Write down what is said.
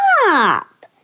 stop